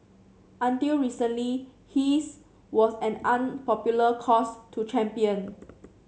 until recently his was an unpopular cause to champion